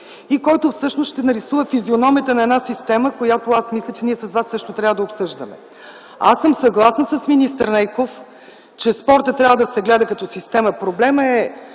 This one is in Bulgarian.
и който всъщност ще нарисува физиономията на една система, която мисля, че с вас също трябва да обсъждаме. Съгласна съм с министър Нейков, че спортът трябва да се гледа като система. Проблемът е,